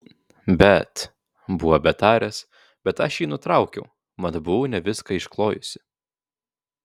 bet buvo betariąs bet aš jį nutraukiau mat buvau ne viską išklojusi